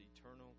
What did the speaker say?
eternal